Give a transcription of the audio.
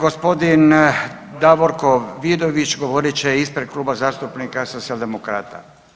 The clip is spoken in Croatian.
Gospodin Davorko Vidović govorit će ispred Kluba zastupnika socijaldemokrata.